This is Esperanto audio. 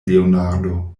leonardo